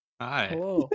hi